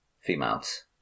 females